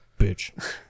Bitch